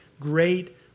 great